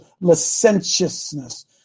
licentiousness